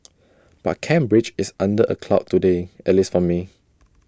but Cambridge is under A cloud today at least for me